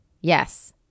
Yes